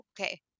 okay